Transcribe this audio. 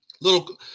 little